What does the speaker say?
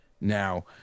now